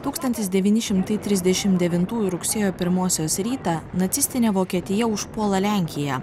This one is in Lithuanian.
tūkstantis devyni šimtai trisdešimt devintųjų rugsėjo pirmosios rytą nacistinė vokietija užpuola lenkiją